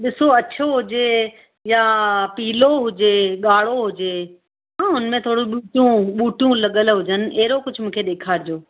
ॾिसो अछो हुजे या पीलो हुजे ॻाढ़ो हुजे हा हुन में थोड़ियूं बूटियूं बूटियूं लॻियल हुजनि अहिड़ो कुझु मूंखे ॾेखारिजो